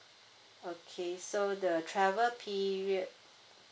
okay so the travel period